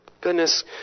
goodness